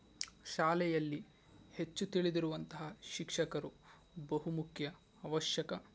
ಶಾಲೆಯಲ್ಲಿ ಹೆಚ್ಚು ತಿಳಿದಿರುವಂಥ ಶಿಕ್ಷಕರು ಬಹು ಮುಖ್ಯ ಅವಶ್ಯಕ